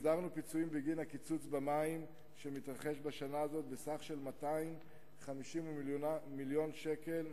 הסדרנו פיצויים בגין הקיצוץ במים בשנה הזאת בסך 258 מיליון שקל,